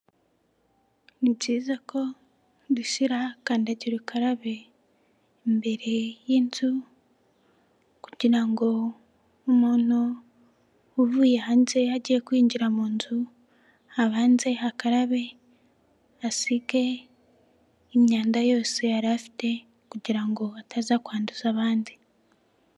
Nibyiza ko dushyira kandagira ukarabe imbere y'inzu, kugira ngo umuntu uvuye hanze agiye kwinjira mu nzu abanze akarabe asige imyanda yose yari afite, kugira ngo ataza kwanduza abandi.